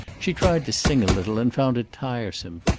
she tried to sing a little, and found it tiresome.